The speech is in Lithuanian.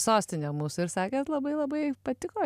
sostinę mūsų ir sakėt labai labai patiko